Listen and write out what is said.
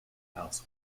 house